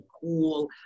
cool